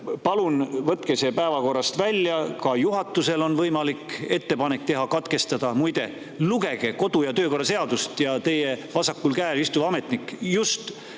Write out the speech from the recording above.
Palun võtke see päevakorrast välja. Ka juhatusel on võimalik teha ettepanek katkestada. Muide, lugege kodu- ja töökorra seadust! Teie vasakul käel istuv ametnik võib